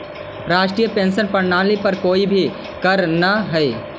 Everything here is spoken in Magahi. राष्ट्रीय पेंशन प्रणाली पर कोई भी करऽ न हई